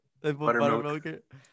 Buttermilk